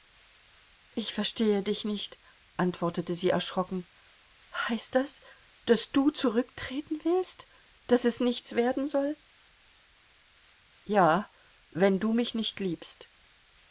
ich verstehe dich nicht antwortete sie erschrocken heißt das daß du zurücktreten willst daß es nichts werden soll ja wenn du mich nicht liebst